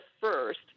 first